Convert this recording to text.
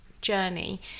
journey